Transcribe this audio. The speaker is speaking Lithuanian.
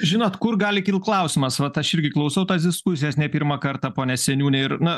žinot kur gali kilt klausimas vat aš irgi klausau tas diskusijas ne pirmą kartą pone seniūne ir na